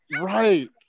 Right